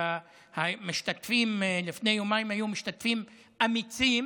המשתתפים לפני יומיים היו משתתפים אמיצים